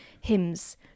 hymns